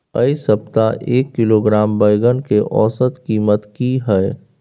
ऐ सप्ताह एक किलोग्राम बैंगन के औसत कीमत कि हय?